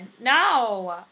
No